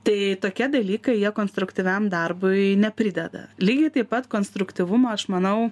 tai tokie dalykai jie konstruktyviam darbui neprideda lygiai taip pat konstruktyvumo aš manau